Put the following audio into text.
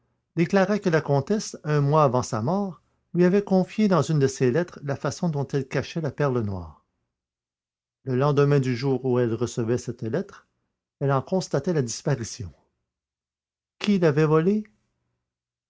déclara que la comtesse un mois avant sa mort lui avait confié dans une de ses lettres la façon dont elle cachait la perle noire le lendemain du jour où elle recevait cette lettre elle en constatait la disparition qui l'avait volée